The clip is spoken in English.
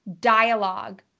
dialogue